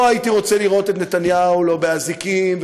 לא הייתי רוצה לראות את נתניהו לא באזיקים,